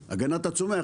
הגנת הצומח,